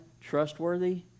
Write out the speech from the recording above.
trustworthy